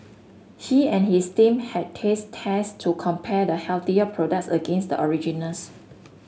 he and his team had taste tests to compare the healthier products against the originals